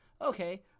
okay